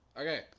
Okay